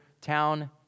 town